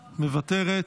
מוותרת.